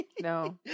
No